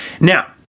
now